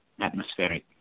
atmospheric